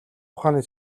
ухааны